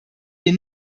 wir